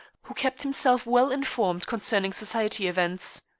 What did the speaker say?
who kept himself well informed concerning society events.